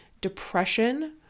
depression